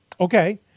okay